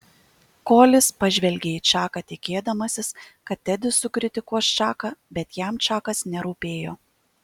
kolis pažvelgė į čaką tikėdamasis kad tedis sukritikuos čaką bet jam čakas nerūpėjo